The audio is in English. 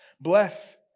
Bless